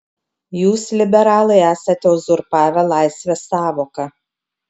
jūs liberalai esate uzurpavę laisvės sąvoką